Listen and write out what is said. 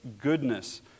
goodness